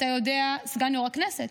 סגן יו"ר הכנסת.